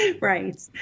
Right